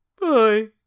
Bye